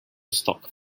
stalk